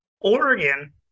Oregon